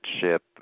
ship